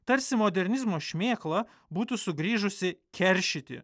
tarsi modernizmo šmėkla būtų sugrįžusi keršyti